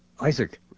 Isaac